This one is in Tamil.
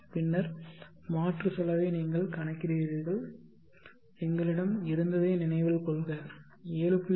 பின்னர் மாற்று செலவை நீங்கள் கணக்கிடுகிறீர்கள் எங்களிடம் இருந்ததை நினைவில் கொள்க 7